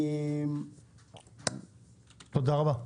תודה רבה.